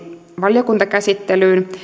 valiokuntakäsittelyyn